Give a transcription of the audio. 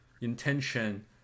intention